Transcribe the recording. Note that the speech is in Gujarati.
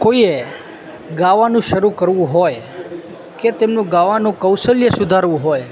કોઈએ ગાવાનું શરૂ કરવું હોય કે તેમનું ગાવાનું કૌશલ્ય સુધારવું હોય